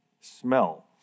smell